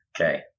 Okay